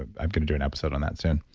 i'm going to do an episode on that soon.